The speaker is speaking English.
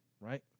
right